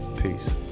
Peace